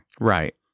Right